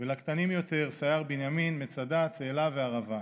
ולקטנים יותר סייר בנימין, מצדה, צאלה וערבה.